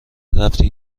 رفتی